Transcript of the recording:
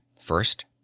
first